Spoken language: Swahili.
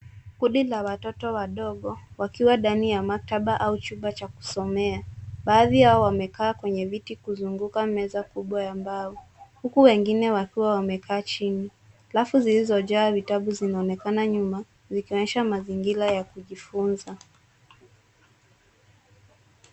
Kundi la watoto wadogo wakiwa ndani ya maktaba au chumba cha kusomea. Baadhi wamekaa kwenye viti kuzunguka meza kubwa ya mbao huku wengine wakiwa wamekaa chini. Rafu zilizojaa vitabu zinaonekana nyuma zikionyesha mazingira ya kujifunza.